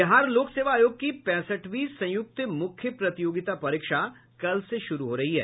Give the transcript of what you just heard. बिहार लोक सेवा आयोग की पैंसठवीं संयुक्त मुख्य प्रतियोगिता परीक्षा कल से शुरू हो रही है